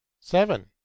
SEVEN